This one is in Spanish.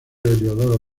heliodoro